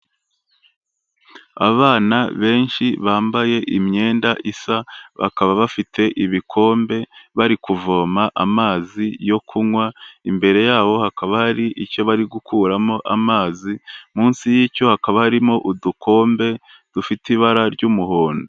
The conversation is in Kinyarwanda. Abana benshi bambaye imyenda isa, bakaba bafite ibikombe bari kuvoma amazi yo kunywa, imbere yabo hakaba hari icyo bari gukuramo amazi, munsi y'icyo hakaba harimo udukombe dufite ibara ry'umuhondo.